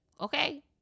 Okay